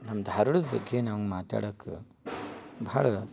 ನಮ್ಮ ಧಾರವಾಡದ ಬಗ್ಗೆ ನಾವು ಮಾತಾಡೋಕೆ ಬಹಳ